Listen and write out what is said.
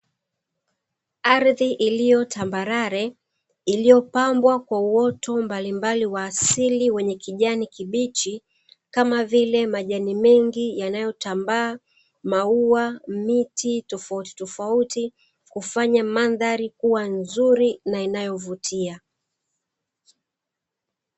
Ardhi ilio tambarare iliopambwa kwa uoto mbalimbali wa asili wenye kijani kibichi, kama vile majani mengi yanayo tambaa maua, miti tofauti tofauti kufanya mandhari kuwa nzuri na inayovutia.